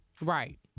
Right